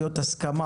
זאת אומרת עד 2021,